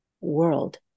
world